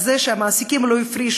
אבל זה שהמעסיקים לא הפרישו,